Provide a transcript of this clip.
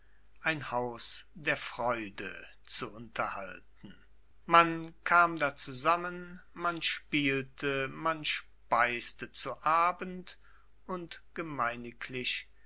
ein haus der freude zu unterhalten man kam da zusammen man spielte man speiste zu abend und gemeiniglich